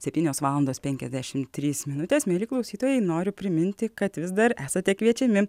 septynios valandos penkiasdešim trys minutės mieli klausytojai noriu priminti kad vis dar esate kviečiami